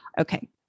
Okay